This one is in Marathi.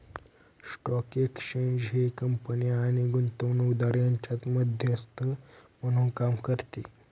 स्टॉक एक्सचेंज हे कंपन्या आणि गुंतवणूकदार यांच्यात मध्यस्थ म्हणून काम करते